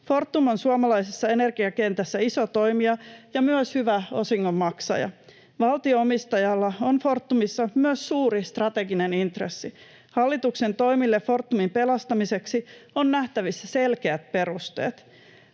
Fortum on suomalaisessa energiakentässä iso toimija ja myös hyvä osingonmaksaja. Valtio-omistajalla on Fortumissa myös suuri strateginen intressi. Hallituksen toimille Fortumin pelastamiseksi on nähtävissä selkeät perusteet.